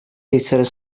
little